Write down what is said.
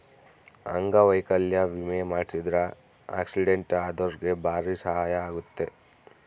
ಅಂಗವೈಕಲ್ಯ ವಿಮೆ ಮಾಡ್ಸಿದ್ರ ಆಕ್ಸಿಡೆಂಟ್ ಅದೊರ್ಗೆ ಬಾರಿ ಸಹಾಯ ಅಗುತ್ತ